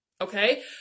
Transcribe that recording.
okay